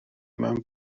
mewn